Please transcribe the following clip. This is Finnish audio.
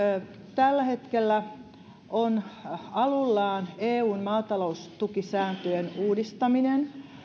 tällä hetkellä on aluillaan eun maataloustukisääntöjen uudistaminen